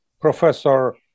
Professor